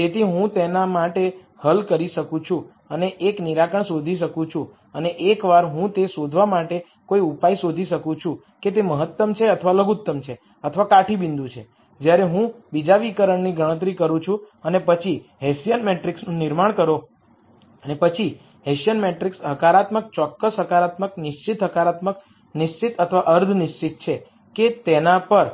તેથી હું તેના માટે હલ કરી શકું છું અને એક નિરાકરણ શોધી શકું છું અને એકવાર હું તે શોધવા માટે કોઈ ઉપાય શોધી શકું છું કે તે મહત્તમ છે અથવા લઘુત્તમ છે અથવા કાઠી બિંદુ છે જ્યારે હું બીજા વિકરણની ગણતરી કરું છું અને પછી હેસીયન મેટ્રિક્સનું નિર્માણ કરો અને પછી હેસીયન મેટ્રિક્સ હકારાત્મક ચોક્કસ હકારાત્મક નિશ્ચિત નકારાત્મક નિશ્ચિત અથવા અર્ધ નિશ્ચિત છે કે કેમ તેના પર